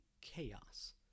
chaos